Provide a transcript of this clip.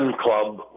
club